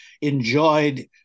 enjoyed